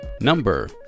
number